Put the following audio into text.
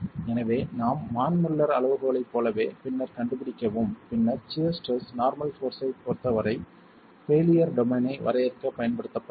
எனவே நாம் மான் முல்லர் அளவுகோலைப் போலவே பின்னர் கண்டுபிடிக்கவும் பின்னர் சியர் ஸ்ட்ரெஸ் நார்மல் போர்ஸ் ஐப் பொருத்தவரை பெய்லியர் டொமைனை வரையறுக்கப் பயன்படுத்தப்பட்டது